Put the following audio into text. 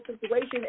situation